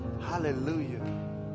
Hallelujah